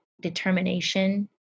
determination